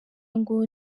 ngo